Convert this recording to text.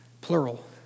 plural